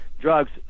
drugs